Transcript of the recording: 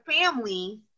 family